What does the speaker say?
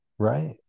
Right